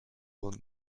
will